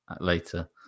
later